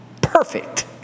Perfect